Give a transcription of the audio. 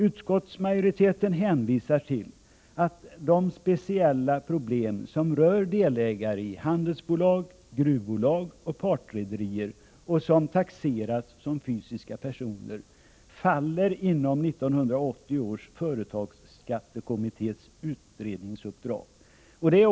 Utskottsmajoriteten hänvisar till att de speciella problem som rör delägare i handelsbolag, gruvbolag och partrederier som taxeras som fysiska personer, faller inom 1980 års företagsskattekommittés utredningsuppdrag.